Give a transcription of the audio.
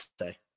say